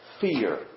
fear